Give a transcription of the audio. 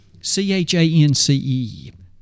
C-H-A-N-C-E